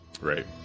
right